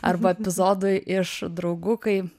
arba epizodui iš draugų kai